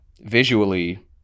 visually